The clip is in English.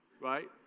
right